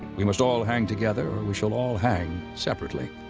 we must all hang together or we shall all hang separately.